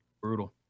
Brutal